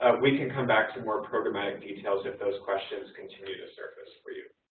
ah we can come back to more programmatic details if those questions continue to surface for you.